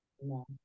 No